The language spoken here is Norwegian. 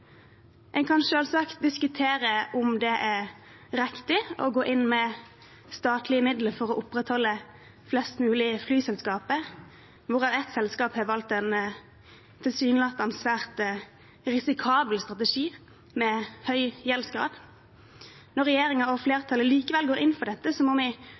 En kan selvsagt diskutere om det er riktig å gå inn med statlige midler for å opprettholde flest mulig flyselskaper, hvorav ett selskap har valgt en tilsynelatende svært risikabel strategi med høy gjeldsgrad. Når regjeringen og flertallet likevel går inn for dette, må vi